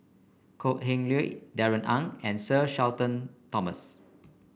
Kok Heng Leun Darrell Ang and Sir Shenton Thomas